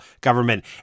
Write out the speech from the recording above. government